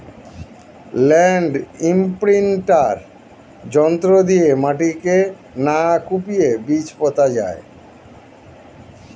land imprinter যন্ত্র দিয়ে মাটিকে না কুপিয়ে বীজ পোতা যায়